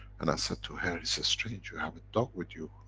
and i said to her, it's ah strange you have a dog with you.